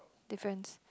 difference